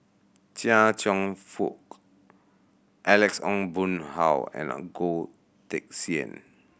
Chia Cheong Fook Alex Ong Boon Hau and Goh Teck Sian